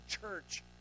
church